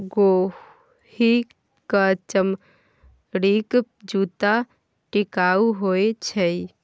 गोहि क चमड़ीक जूत्ता टिकाउ होए छै